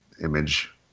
image